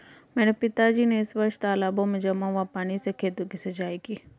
मेरे पिताजी ने इस वर्ष तालाबों में जमा हुए पानी से खेतों की सिंचाई की